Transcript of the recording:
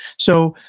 so,